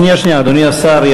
שנייה, שנייה, אדוני השר.